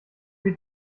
wie